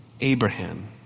Abraham